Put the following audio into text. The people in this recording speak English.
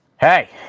hey